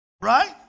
Right